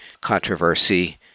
controversy